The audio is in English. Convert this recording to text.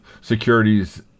Securities